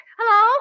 hello